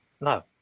no